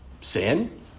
sin